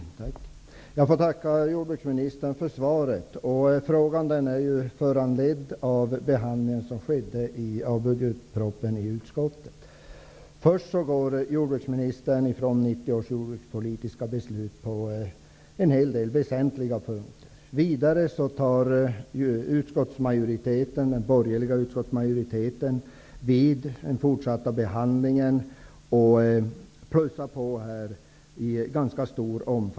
Herr talman! Jag får tacka jordbruksministern för svaret. Frågan är föranledd av behandlingen av budgetpropositionen i jordbruksutskottet. Jordbruksministern går ifrån 1990 års jordbrukspolitiska beslut på en del väsentliga punkter. Vidare plussar den borgerliga utskottsmajoriteten på vid den fortsatta utskottsbehandlingen i ganska stor omfattning.